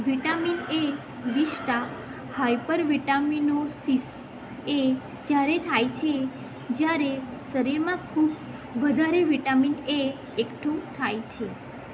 vitamin A વિષ્ટા hyper vitaminosis A ત્યારે થાય છે જ્યારે શરીરમાં ખૂબ વધારે વિટામિન એ એકઠું થાય છે